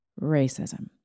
racism